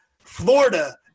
Florida